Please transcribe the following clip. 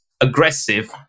aggressive